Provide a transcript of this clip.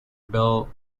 bell